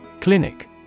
Clinic